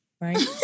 right